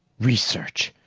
research!